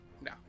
No